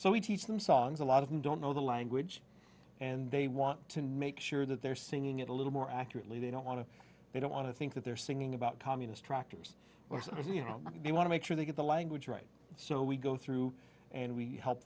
so we teach them songs a lot of them don't know the language and they want to make sure that they're singing it a little more accurately they don't want to they don't want to think that they're singing about communist tractors or sometimes you know they want to make sure they get the language right so we go through and we help